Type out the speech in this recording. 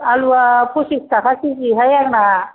आलुवा फसिस थाखा किजि हाय आंना